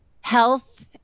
health